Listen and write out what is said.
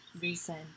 recent